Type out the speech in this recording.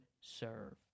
serve